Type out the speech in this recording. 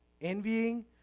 envying